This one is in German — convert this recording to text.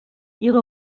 ihre